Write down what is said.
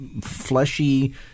fleshy